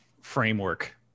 framework